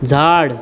झाड